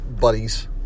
buddies